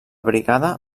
brigada